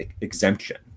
exemption